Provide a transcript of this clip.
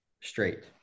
straight